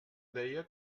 deia